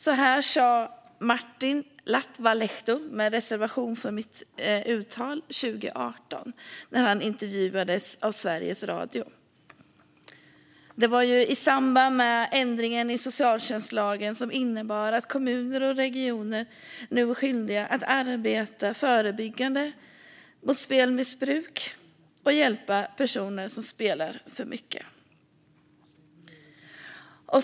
Så sa Marthin Latvalehto 2018 när han intervjuades av Sveriges Radio. Detta var i samband med ändringen i socialtjänstlagen som innebar att kommuner och regioner nu är skyldiga att arbeta förebyggande mot spelmissbruk och hjälpa personer som spelar för mycket.